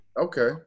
Okay